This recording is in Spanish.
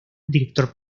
director